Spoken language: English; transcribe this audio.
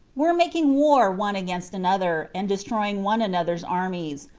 were making war one against another, and destroying one another's armies,